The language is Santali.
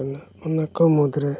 ᱚᱱᱟᱠᱚ ᱢᱩᱫᱽᱨᱮ